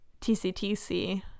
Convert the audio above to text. tctc